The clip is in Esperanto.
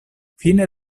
fine